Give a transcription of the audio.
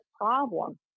problem